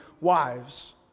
wives